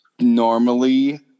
Normally